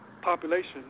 population